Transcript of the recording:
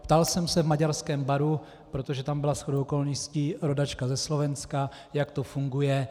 Ptal jsem se v maďarském baru, protože tam byla shodou okolností rodačka ze Slovenska, jak to funguje.